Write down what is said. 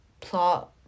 plot